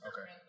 Okay